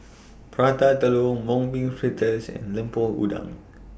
Prata Telur Mung Bean Fritters and Lemper Udang